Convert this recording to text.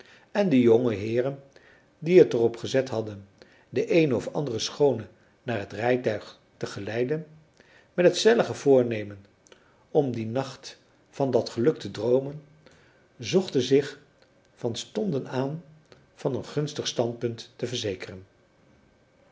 en de jonge heeren die het er op gezet hadden de eene of andere schoone naar het rijtuig te geleiden met het stellige voornemen om dien nacht van dat geluk te droomen zochten zich van stonden aan van een gunstig standpunt te verzekeren